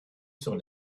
sur